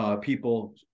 people